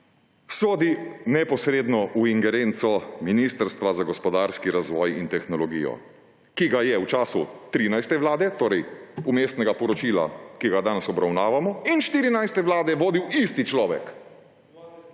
sodi neposredno v ingerenco Ministrstva za gospodarski razvoj in tehnologijo, ki ga je v času 13. vlade, torej vmesnega poročila, ki ga danes obravnavamo, in 14. vlade vodil isti človek.